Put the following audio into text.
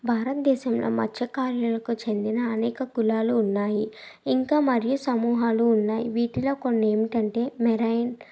భారతదేశంలో మత్స్యకారులకు చెందిన అనేక కులాలు ఉన్నాయి ఇంకా మరియు సమూహాలు ఉన్నాయి వీటిలో కొన్నేమిటంటే మెరాయిన్